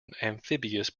amphibious